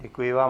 Děkuji vám.